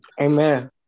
Amen